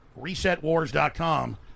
Resetwars.com